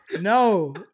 No